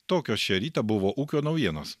tokios šio ryto buvo ūkio naujienos